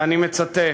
ואני מצטט: